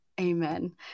amen